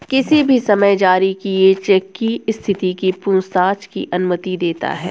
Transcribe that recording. किसी भी समय जारी किए चेक की स्थिति की पूछताछ की अनुमति देता है